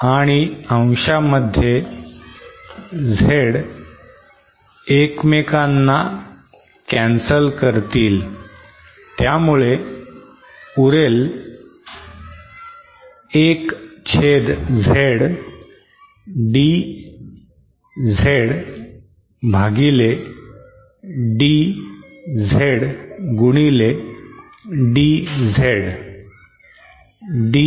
आणि अंशामध्ये Z एकमेकांना कॅन्सल करतील त्यामुळे उरेल १ छेद Z D कॅपिटल Z भागिले d स्मॉल Z गुणिले d स्मॉल Z